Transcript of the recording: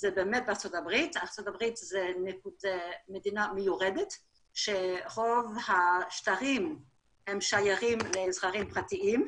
זה בארצות הברית מדינה מיוחדת שרוב השטרות שייכים לאזרחים פרטיים,